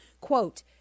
Quote